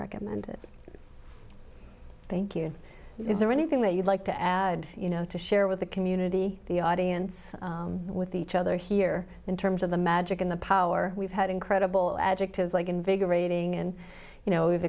recommend it thank you is there anything that you'd like to add you know to share with the community the audience with each other here in terms of the magic and the power we've had incredible adjectives like invigorating and you know we've